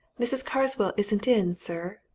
mrs. carswell isn't in, sir,